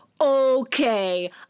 Okay